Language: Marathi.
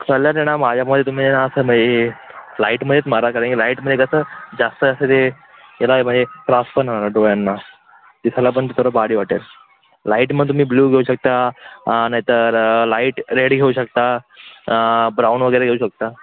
सल्ला देणं माझ्या मते तुम्ही ना असं मग आहे हे लाईटमध्येच मारा कारण की लाईटमध्ये कसं जास्त असं ते आहेना म्हणजे त्रास पण नाही होणार डोळ्यांना दिसायला पण थोडं भारी वाटेल लाईटमध्ये तुम्ही ब्ल्यू घेऊ शकता नाहीतर लाईट रेड घेऊ शकता ब्राऊन वगैरे घेऊ शकता